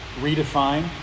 redefine